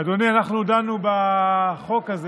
אדוני, אנחנו דנו בחוק הזה